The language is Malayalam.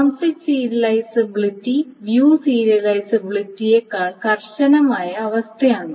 കോൺഫ്ലിക്റ്റ് സീരിയലൈസബിലിറ്റി വ്യൂ സീരിയലിസബിലിറ്റിനേക്കാൾ കർശനമായ അവസ്ഥയാണ്